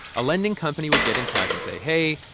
a lending company would get in touch and say, hey,